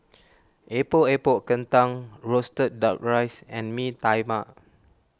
Epok Epok Kentang Roasted Duck Rice and Mee Tai Mak